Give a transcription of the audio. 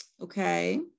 okay